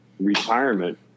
Retirement